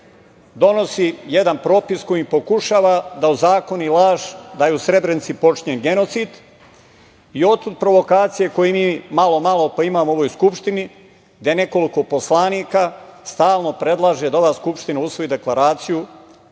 donosi jedan propis kojim pokušava da ozakoni laž da je u Srebrenici počinjen genocid i otud provokacije koje mi malo-malo pa imamo u ovoj Skupštini, gde nekoliko poslanika stalno predlaže da ova Skupština usvoji deklaraciju